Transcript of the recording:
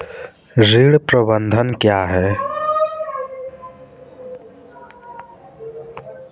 ऋण प्रबंधन क्या है?